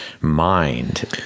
mind